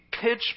pitch